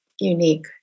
unique